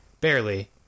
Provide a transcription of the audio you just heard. Barely